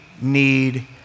need